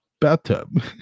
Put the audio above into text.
bathtub